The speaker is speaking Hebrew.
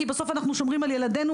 כי בסוף אנחנו שומרים על ילדינו